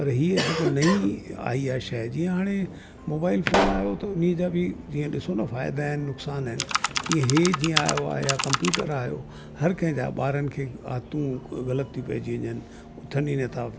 पर हीअं जेको नई आई आ शइ जीअं हाणे मोबाईल फोन आहियो त उन जा बि जीअं ॾिसो न फ़ाइदा आहिनि नुकसान आहिनि तीअं इहे जीअं आयो आहे या कंप्यूटर आहियो हर कंहिं जा ॿारनि खे आदतूं ग़लति ती पइजी वञनि उथनि ई नथा